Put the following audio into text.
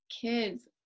kids